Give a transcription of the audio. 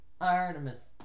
Artemis